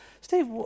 Steve